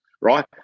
right